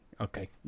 Okay